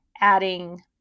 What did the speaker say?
adding